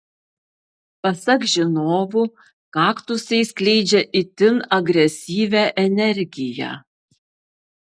pasak žinovų kaktusai skleidžia itin agresyvią energiją